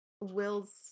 Will's